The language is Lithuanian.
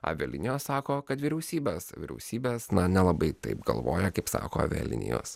avialinijos sako kad vyriausybės vyriausybės na nelabai taip galvoja kaip sako avialinijos